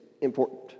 important